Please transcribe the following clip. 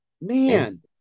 man